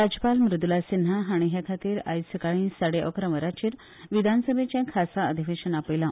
राज्यपाल मूद्ला सिन्हा हाणी हे खातीर आयज सकाळी साडे अकरा वरांचेर विधानसभेचे खासा अधिवेशन आपयला